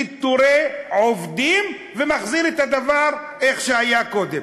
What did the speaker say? פיטורי עובדים, ומחזיר את הדבר כמו שהיה קודם.